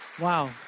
wow